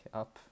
up